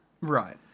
Right